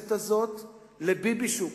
הכנסת הזאת ל"ביבישוק".